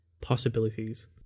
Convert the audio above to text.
possibilities